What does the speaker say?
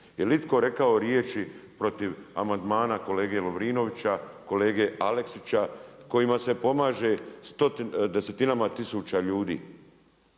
Jel' itko rekao riječi protiv amandmana kolege Lorinovića, kolege Aleksića kojima se pomaže desetinama tisuća ljudi.